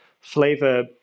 flavor